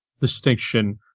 distinction